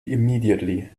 immediately